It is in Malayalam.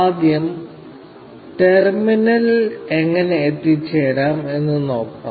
ആദ്യം ടെർമിനലിൽ എങ്ങനെ എത്തിച്ചേരാം എന്ന് നോക്കാം